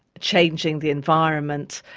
changing the environment,